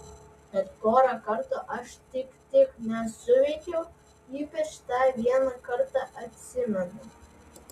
bet porą kartų aš tik tik nesuveikiau ypač tą vieną kartą atsimenu